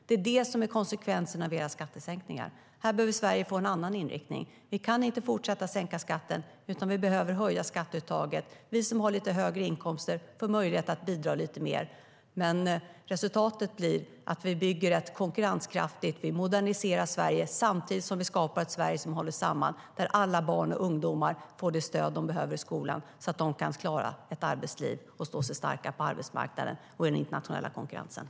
Det är det som är konsekvenserna av era skattesänkningar. Här behöver Sverige få en annan inriktning. Vi kan inte fortsätta att sänka skatten, utan vi behöver höja skatteuttaget. Vi som har lite högre inkomster får möjligheter att bidra lite mer, och resultatet blir att vi bygger ett konkurrenskraftigt land. Vi moderniserar Sverige samtidigt som vi skapar ett Sverige som håller samman och där alla barn och ungdomar får det stöd de behöver i skolan så att de kan klara ett arbetsliv och stå starka på arbetsmarknaden och i den internationella konkurrensen.